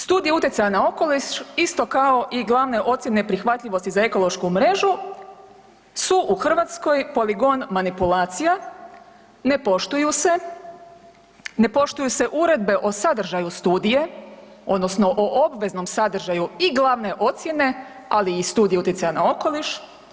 Studij utjecaja na okoliš isto kao i glavne ocjene prihvatljivosti za ekološku mrežu su u Hrvatskoj poligon manipulacija, ne poštuju se, ne poštuju se uredbe o sadržaju studije odnosno o obveznom sadržaju i glavne ocijene, ali i studije utjecaja na okoliš.